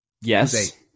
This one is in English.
Yes